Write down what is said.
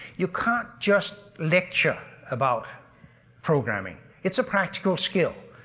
you can't just lecture about programming. it's a practical skill.